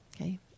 okay